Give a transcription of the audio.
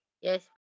Yes